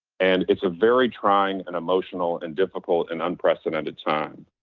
and it's a very trying and emotional and difficult and unprecedented time,